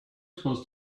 supposed